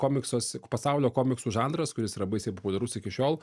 komiksuose pasaulio komiksų žanras kuris yra baisiai populiarus iki šiol